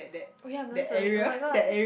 oh ya Marine Parade oh-my-god